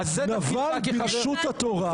נבל ברשות התורה.